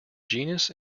genus